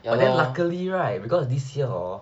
ya then luckily right because this year hor